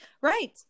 Right